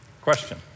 Question